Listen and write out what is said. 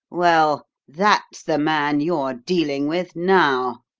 well, that's the man you're dealing with now!